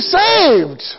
saved